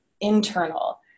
internal